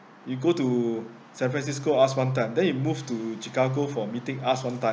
you go to san francisco asked one time then you move to chicago for meeting ask one time